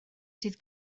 sydd